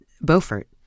Beaufort